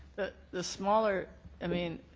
the smaller i mean